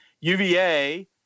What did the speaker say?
UVA